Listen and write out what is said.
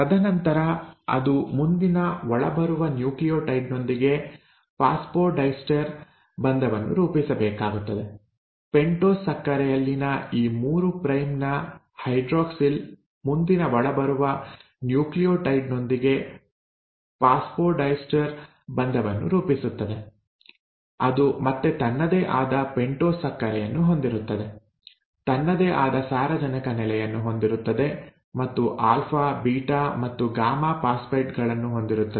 ತದನಂತರ ಅದು ಮುಂದಿನ ಒಳಬರುವ ನ್ಯೂಕ್ಲಿಯೋಟೈಡ್ ನೊಂದಿಗೆ ಫಾಸ್ಫೊಡೈಸ್ಟರ್ ಬಂಧವನ್ನು ರೂಪಿಸಬೇಕಾಗುತ್ತದೆ ಪೆಂಟೋಸ್ ಸಕ್ಕರೆಯಲ್ಲಿನ ಈ 3 ಪ್ರೈಮ್ ನ ಹೈಡ್ರಾಕ್ಸಿಲ್ ಮುಂದಿನ ಒಳಬರುವ ನ್ಯೂಕ್ಲಿಯೋಟೈಡ್ ನೊಂದಿಗೆ ಫಾಸ್ಫೊಡೈಸ್ಟರ್ ಬಂಧವನ್ನು ರೂಪಿಸುತ್ತದೆ ಅದು ಮತ್ತೆ ತನ್ನದೇ ಆದ ಪೆಂಟೋಸ್ ಸಕ್ಕರೆಯನ್ನು ಹೊಂದಿರುತ್ತದೆ ತನ್ನದೇ ಆದ ಸಾರಜನಕ ನೆಲೆಯನ್ನು ಹೊಂದಿರುತ್ತದೆ ಮತ್ತು ಆಲ್ಫಾ ಬೀಟಾ ಮತ್ತು ಗಾಮಾ ಫಾಸ್ಫೇಟ್ ಗಳನ್ನು ಹೊಂದಿರುತ್ತದೆ